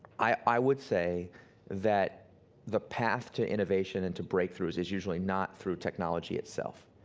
i would say that the path to innovation and to breakthroughs is usually not through technology itself.